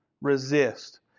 resist